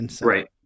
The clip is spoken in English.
Right